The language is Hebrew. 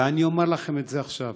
ואני אומר לכם את זה עכשיו: